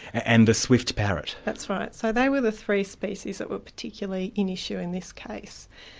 and the swift parrot. that's right. so they were the three species that were particularly in issue in this case.